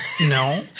No